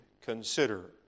consider